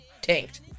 tanked